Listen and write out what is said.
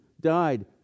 died